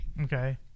Okay